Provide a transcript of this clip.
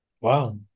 Wow